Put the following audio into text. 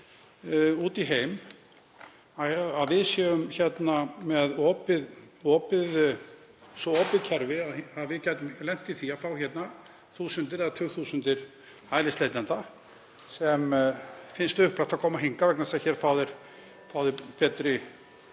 út í heim að við séum með það opið kerfi að við gætum lent í því að fá þúsundir eða tugþúsundir hælisleitenda sem finnst upplagt að koma hingað vegna þess að hér fái þeir betri þjónustu